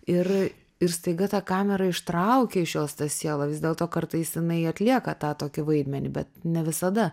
ir ir staiga tą kamerą ištraukia iš jos tą sielą vis dėlto kartais jinai atlieka tą tokį vaidmenį bet ne visada